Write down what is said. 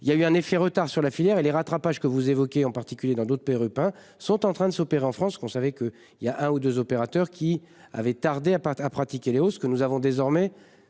il y a eu un effet retard sur la filière et les rattrapages que vous évoquez, en particulier dans d'autres pays rupins sont en train de s'opérer en France qu'on savait qu'il y a un ou 2 opérateurs qui avait tardé à part à pratiquer Léo. Ce que nous avons désormais